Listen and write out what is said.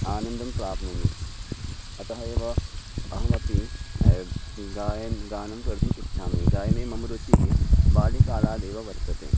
आनन्दं प्राप्नोमि अतः एव अहमपि गायनं गानं कर्तुम् इच्छामि गायने मम रुचिः बाल्यकालादेव वर्तते